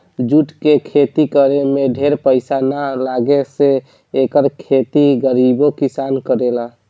jute के खेती करे में ढेर पईसा ना लागे से एकर खेती गरीबो किसान करेला